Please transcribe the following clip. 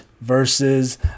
versus